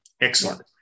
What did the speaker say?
Excellent